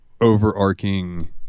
overarching